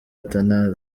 athanase